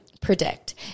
Predict